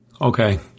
Okay